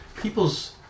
People's